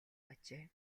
ажээ